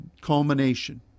culmination